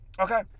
Okay